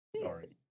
Sorry